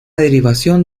derivación